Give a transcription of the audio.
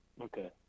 okay